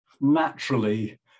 naturally